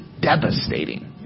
devastating